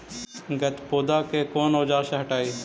गत्पोदा के कौन औजार से हटायी?